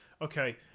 okay